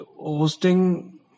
hosting